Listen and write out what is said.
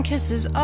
Kisses